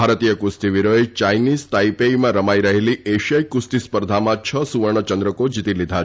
ભારતીય કુસ્તીવીરોએ યાઇનીઝ તાઇપેઇમાં રમાઇ રહેલી એશિયાઇ કુસ્તી સ્પર્ધામાં છ સુવર્ણચંદ્રકો જીતી લીધા